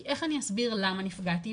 כי איך אני אסביר למה נפגעתי?